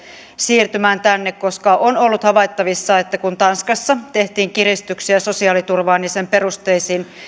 siirtymään tänne koska on ollut havaittavissa että kun tanskassa tehtiin kiristyksiä sosiaaliturvaan ja sen perusteisiin